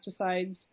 pesticides